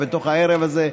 בתוך הערב הזה,